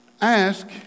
ask